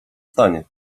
stanie